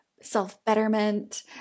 self-betterment